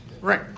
Right